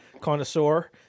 connoisseur